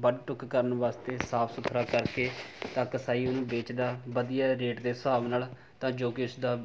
ਵੱਢ ਟੁੱਕ ਕਰਨ ਵਾਸਤੇ ਸਾਫ਼ ਸੁਥਰਾ ਕਰਕੇ ਤਾਂ ਕਸਾਈ ਉਹਨੂੰ ਵੇਚਦਾ ਵਧੀਆ ਰੇਟ ਦੇ ਹਿਸਾਬ ਨਾਲ ਤਾਂ ਜੋ ਕਿ ਉਸਦਾ